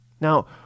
Now